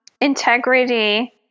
integrity